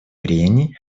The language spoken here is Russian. прений